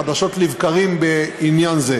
חדשות לבקרים בעניין זה,